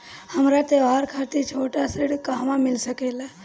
हमरा त्योहार खातिर छोटा ऋण कहवा मिल सकेला?